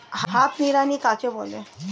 হাত নিড়ানি কাকে বলে?